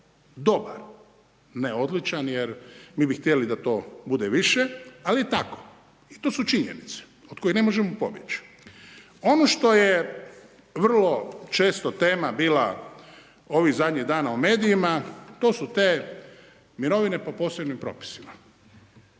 dobar, ne odličan, jer mi bi htjeli da to bude više, ali je tako i to su činjenice, od kojih ne možemo pobjeći. Ono što je vrlo često tema bila ovih zadnjih dana u medijima, to su te mirovine po posebnim propisima.